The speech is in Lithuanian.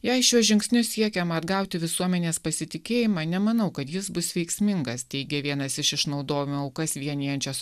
jei šiuo žingsniu siekiama atgauti visuomenės pasitikėjimą nemanau kad jis bus veiksmingas teigia vienas iš išnaudojimo aukas vienijančios